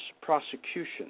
prosecution